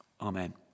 Amen